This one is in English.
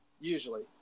usually